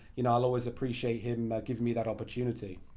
and i'll always appreciate him giving me that opportunity.